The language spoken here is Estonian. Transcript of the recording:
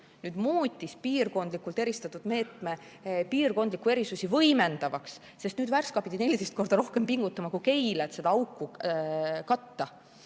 leida muutis piirkondlikult eristatud meetme piirkondlikke erisusi võimendavaks, sest nüüd pidi Värska 14 korda rohkem pingutama kui Keila, et seda auku katta.